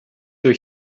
ihr